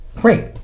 Great